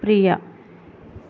Priya